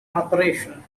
operation